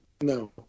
No